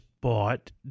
bought